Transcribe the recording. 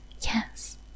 Yes